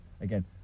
again